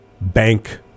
bank